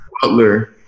Butler